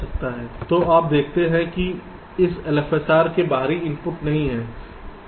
तो आप देखते हैं कि इस LFSR में बाहरी इनपुट नहीं है